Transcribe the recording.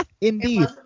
Indeed